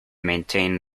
maintain